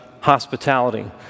hospitality